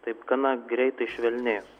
taip gana greitai švelnės